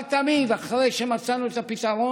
אבל תמיד אחרי שמצאנו את הפתרון,